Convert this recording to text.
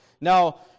Now